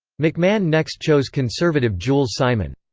macmahon next chose conservative jules simon.